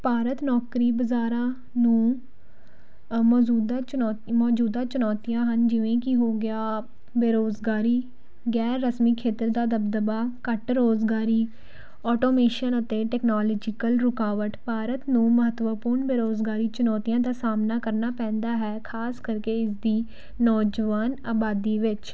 ਭਾਰਤ ਨੌਕਰੀ ਬਜ਼ਾਰਾਂ ਨੂੰ ਮੌਜੂਦਾ ਚੁਣੌਤੀ ਮੌਜੂਦਾ ਚੁਣੌਤੀਆਂ ਹਨ ਜਿਵੇਂ ਕਿ ਹੋ ਗਿਆ ਬੇਰੁਜ਼ਗਾਰੀ ਗੈਰ ਰਸਮੀ ਖੇਤਰ ਦਾ ਦਬਦਬਾ ਘੱਟ ਰੁਜ਼ਗਾਰੀ ਆਟੋਮੇਸ਼ਨ ਅਤੇ ਟੈਕਨੋਲੋਜੀਕਲ ਰੁਕਾਵਟ ਭਾਰਤ ਨੂੰ ਮਹੱਤਵਪੂਰਨ ਬੇਰੁਜ਼ਗਾਰੀ ਚੁਣੌਤੀਆਂ ਦਾ ਸਾਹਮਣਾ ਕਰਨਾ ਪੈਂਦਾ ਹੈ ਖਾਸ ਕਰਕੇ ਇਸਦੀ ਨੌਜਵਾਨ ਆਬਾਦੀ ਵਿੱਚ